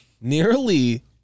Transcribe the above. nearly